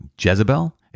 Jezebel